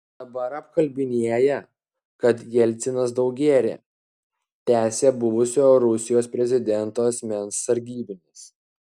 dabar apkalbinėja kad jelcinas daug gėrė tęsė buvusio rusijos prezidento asmens sargybinis